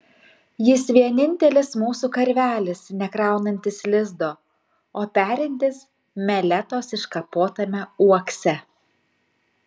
jis vienintelis mūsų karvelis nekraunantis lizdo o perintis meletos iškapotame uokse